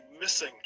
missing